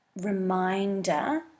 reminder